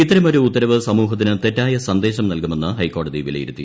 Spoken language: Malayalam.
ഇത്തരമൊരു ഉത്തരവ് സമൂഹത്തിന് തെറ്റായ സന്ദേശം നൽകുമെന്ന് ഹൈക്കോടതി വിലയിരുത്തി